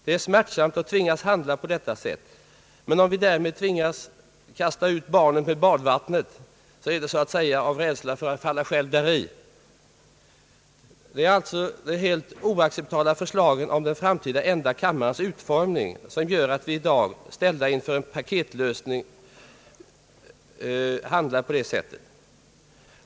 Det är smärtsamt att tvingas handla på detta sätt, men om vi därmed tvingas att kasta ut barnet med badvattnet så är det så att säga av rädsla för att »falla själva däri». Det är alltså de helt oacceptabla förslagen om den framtida enda kammarens utformning som gör att vi i dag, ställda inför en paketlösning, handlar på detta sätt.